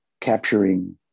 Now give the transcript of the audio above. capturing